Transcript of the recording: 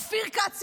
אופיר כץ,